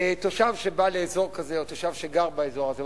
תושב שבא לאזור כזה או תושב שגר באזור הזה,